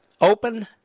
open